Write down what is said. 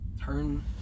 Turn